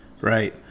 right